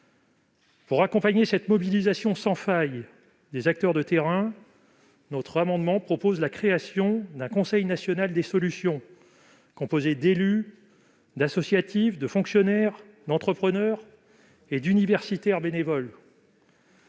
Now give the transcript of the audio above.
Pour accompagner cette mobilisation sans faille des acteurs de terrain, notre amendement vise à créer un conseil national des solutions composé d'élus, d'associatifs, de fonctionnaires, d'entrepreneurs et d'universitaires bénévoles.